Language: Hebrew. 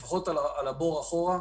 לפחות על הבור אחורה,